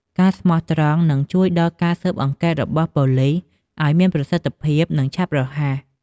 ការស្មោះត្រង់នឹងជួយដល់ការស៊ើបអង្កេតរបស់ប៉ូលិសឲ្យមានប្រសិទ្ធភាព និងឆាប់រហ័ស។